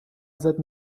ازت